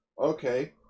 Okay